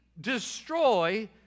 destroy